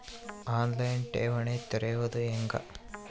On line ಠೇವಣಿ ತೆರೆಯೋದು ಹೆಂಗ?